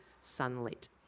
sunlit